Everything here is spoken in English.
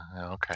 okay